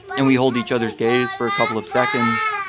and we hold each other's gaze for a couple of seconds,